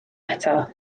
eto